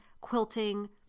quilting